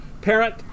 parent